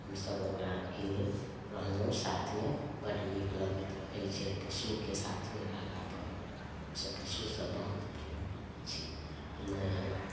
हमसभ ओकरा किने रहलहुँ साथमे बड्ड नीक लगैत रहैत छै पशुके साथमे रहला परमे हमसभ पशुसँ बहुत प्रेम करैत छियै किनै हमरा